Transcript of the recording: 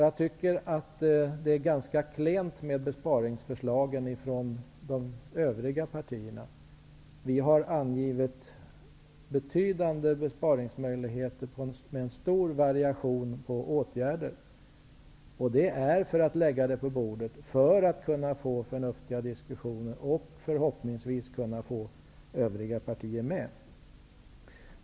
Jag tycker att det från de övriga partiernas sida är ganska klent med besparingsförslagen. Vi har angett betydande besparingsmöjligheter med en stor variation av åtgärder. Det är för att lägga dessa på bordet för förnuftiga diskussioner i vilka förhoppningsvis också övriga partier deltar.